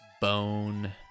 bone